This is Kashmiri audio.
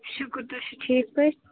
شُکُر تُہۍ چھُو ٹھیٖک پٲٹھۍ